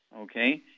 Okay